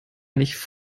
nicht